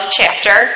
chapter